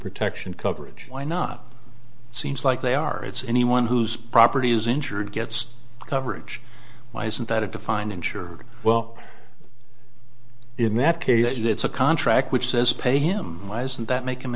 protection coverage why not seems like they are it's anyone who's property is injured gets coverage why isn't that a defined insured well in that case it's a contract which says pay him why isn't that mak